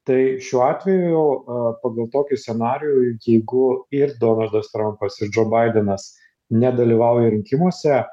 tai šiuo atveju pagal tokį scenarijų jeigu ir donaldas trampas ir džo baidenas nedalyvauja rinkimuose